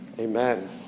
Amen